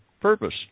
purpose